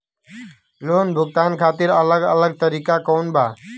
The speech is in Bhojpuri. लोन भुगतान खातिर अलग अलग तरीका कौन बा?